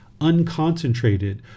unconcentrated